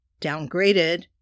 downgraded